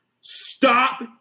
stop